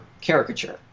caricature